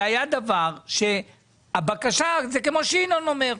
זה היה דבר שהבקשה זה כמו שינון אומר,